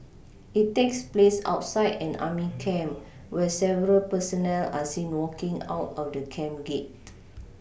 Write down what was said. it takes place outside an army camp where several personnel are seen walking out of the camp gate